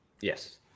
Yes